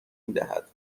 میدهد